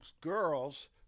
girls